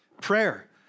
prayer